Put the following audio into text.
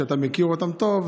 שאתה מכיר אותם טוב,